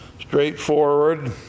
straightforward